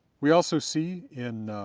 we also see in